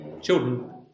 Children